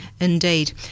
Indeed